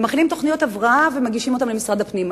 הם מכינים תוכניות הבראה ומגישים אותן למשרד הפנים.